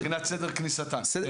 מבחינת סדר כניסתן, כן.